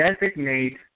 designate